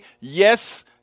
yes